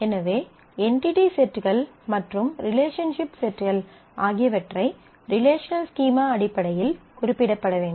எனவே என்டிடி செட்கள் மற்றும் ரிலேஷன்ஷிப் செட்கள் ஆகியவற்றை ரிலேஷனல் ஸ்கீமா அடிப்படையில் குறிப்பிடப்பட வேண்டும்